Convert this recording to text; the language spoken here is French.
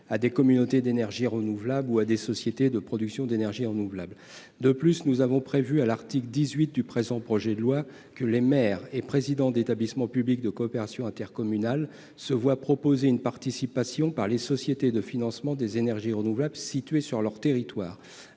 à des communautés d'énergie renouvelable ou à des sociétés de production d'énergie renouvelable. De plus, nous avons prévu à l'article 18 du projet de loi que les maires et présidents d'établissement public de coopération intercommunale se voient proposer une participation par les sociétés de financement des énergies renouvelables situées sur leur territoire.